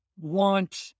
want